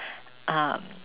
um